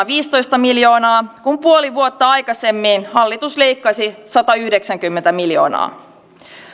viisitoista miljoonaa kun puoli vuotta aikaisemmin hallitus leikkasi satayhdeksänkymmentä miljoonaa